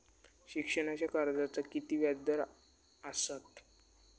शिक्षणाच्या कर्जाचा किती व्याजदर असात?